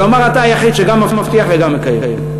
אבל הוא אמר: אתה היחיד שגם מבטיח וגם מקיים,